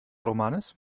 romanes